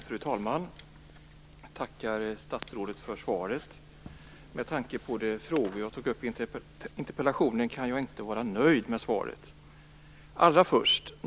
Fru talman! Jag tackar statsrådet för svaret. Med tanke på de frågor jag tog upp i interpellationen kan jag dock inte vara nöjd med svaret.